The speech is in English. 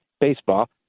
baseball